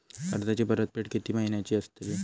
कर्जाची परतफेड कीती महिन्याची असतली?